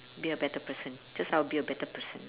be a better person just how to be a better person